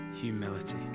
humility